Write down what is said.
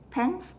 pants